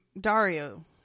Dario